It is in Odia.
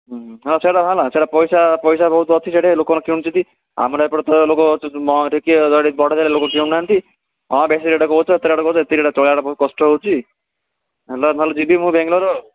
ସେଇଟା ହେଲା ସେଇଟା ପଇସା ପଇସା ବହୁତ ଅଛି ସେଇଠି ଲୋକମାନେ କିଣୁଛନ୍ତି ଆମର ଏପଟ ତ ଲୋକ କିଣୁନାହାନ୍ତି କଣ ବେଶୀ ରେଟ୍ କହୁଛ ଏତେ ରେଟ୍ କହୁଛ ଏତିକିରେ ଚଳିବା ବହୁତ କଷ୍ଟ ହେଉଛି ନ ହେଲେ ଯିବି ମୁଁ ବାଙ୍ଗାଲୋର ଆଉ